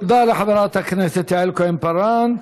תודה לחברת הכנסת יעל כהן-פארן.